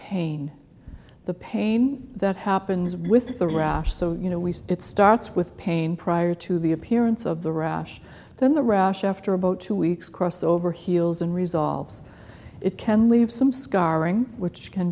pain the pain that happens with the rash so you know we see it starts with pain prior to the appearance of the rash then the rash after about two weeks crossed over heals and resolves it can leave some scarring which can